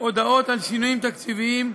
הודעות על שינויים תקציביים,